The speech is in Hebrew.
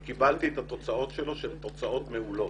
קיבלתי את התוצאות שלו שהן תוצאות מעולות.